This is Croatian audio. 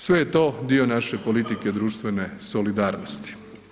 Sve je to dio naše politike društvene solidarnosti.